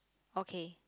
okay